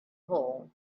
hole